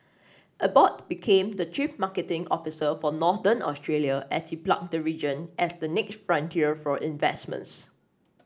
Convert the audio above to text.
Abbott became the chief marketing officer for Northern Australia as he plugged the region as the next frontier for investments